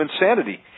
insanity